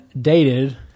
dated